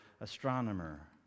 astronomer